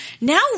now